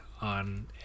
on